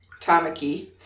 Tamaki